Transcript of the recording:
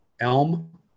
elm